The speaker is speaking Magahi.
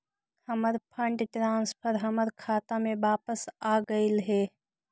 हमर फंड ट्रांसफर हमर खाता में वापस आगईल हे